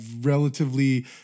relatively